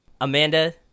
Amanda